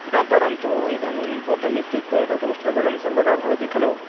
न परन्तु इदानीं होटेल् इत्युक्ते तत् उष्णजलं सर्वदा भवति खलु